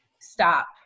stop